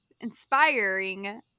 inspiring